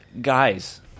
guys